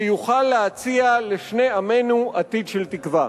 שיוכל להציע לשני עמינו עתיד של תקווה.